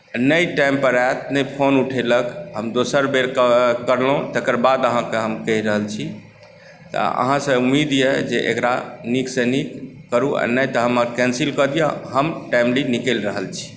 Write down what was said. नहि टाइम पर आयत नहि फोन उठेलक हम दोसर बेर करलहुॅं तकर बाद अहाँके हम कहि रहल छी आ अहाँसँ उम्मीद यऽ जे एकरा नीक से नीक करू आ नहि तऽ हमर कैंसिल कऽ दिअ हम टाइमली निकलि रहल छी